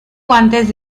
guantes